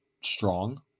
strong